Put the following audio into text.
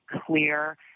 clear